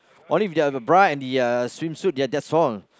only if you have a bra and the uh swimsuit ya that's all